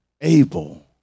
able